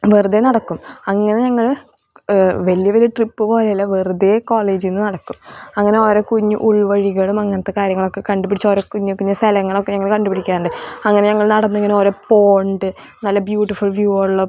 വെറുതെ നടക്കും അങ്ങനെ ഞങ്ങൾ വലിയ വലിയ ട്രിപ്പ് പോവലില്ല വെറുതെ കോളേജീന്ന് നടക്കും അങ്ങനെ ഓരോ കുഞ്ഞ് ഉൾവഴികളും അങ്ങനത്തെ കാര്യങ്ങളൊക്കെ കണ്ടുപിടിച്ച് ഓരോ കുഞ്ഞു കുഞ്ഞ് സ്ഥലങ്ങളൊക്കെ ഞങ്ങൾ കണ്ടുപിടിക്കാറുണ്ട് അങ്ങനെ ഞങ്ങൾ നടന്ന് ഇങ്ങനെ ഓരോ പോണ്ട് നല്ല ബ്യൂട്ടിഫുൾ വ്യൂ ഉള്ള